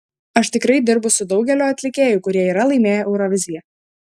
aš tikrai dirbu su daugeliu atlikėjų kurie yra laimėję euroviziją